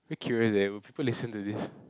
very curious eh will people listen to this